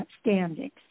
standings